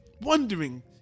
wondering